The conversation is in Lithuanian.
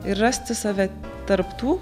ir rasti save tarp tų